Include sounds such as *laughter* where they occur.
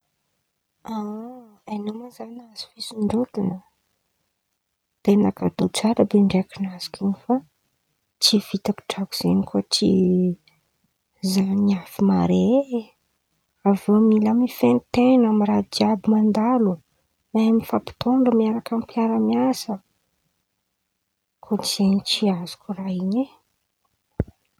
*hesitation* Ain̈ao ma zaho nahazo fosondrotan̈a, ten̈a kadô tsara be ndraiky nazoko in̈y fa tsy vitako drako zen̈y koa tsy *hesitation* zaho niafy mare e, avy eo mila mahafehy ten̈a amy raha jiàby mandalo, mahay mifampitôndra miaraka amy mpiaramiasa, koa tsy zen̈y tsy azoko raha in̈y e.